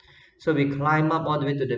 so we climb up all the way to the